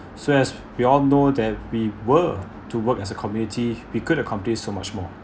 so as we all know that we were to work as a community we could've accomplish so much more